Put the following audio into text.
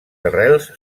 arrels